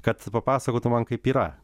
kad papasakotų man kaip yra